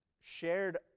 shared